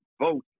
vote